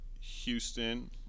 Houston